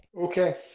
Okay